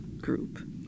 group